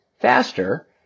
faster